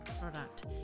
product